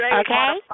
okay